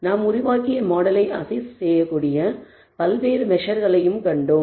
நாம் உருவாக்கிய மாடலை அசஸ் செய்யக்கூடிய பல்வேறு மெசர்களையும் கண்டோம்